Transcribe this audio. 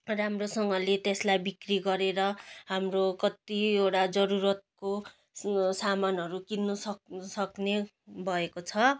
राम्रोसँगले त्यसलाई बिक्री गरेर हाम्रो कतिवटा जरुरतको सामानहरू किन्नु स सक्ने भएको छ